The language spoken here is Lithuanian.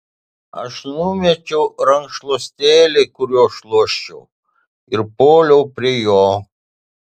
aš numečiau rankšluostėlį kuriuo šluosčiau ir puoliau prie jo